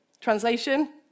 Translation